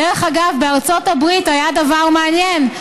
דרך אגב, בארצות הברית היה דבר מעניין.